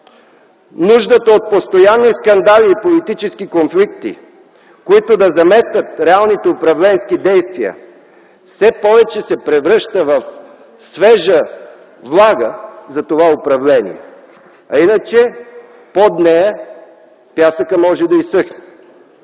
Нуждата от постоянни скандали и политически конфликти, които да заместят реалните управленски действия все повече се превръща в свежа влага за това управление, а иначе под нея пясъкът може да изсъхне.